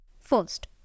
First